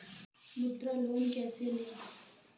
मुद्रा लोन कैसे ले?